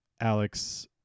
alex